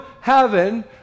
heaven